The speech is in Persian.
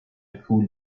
پول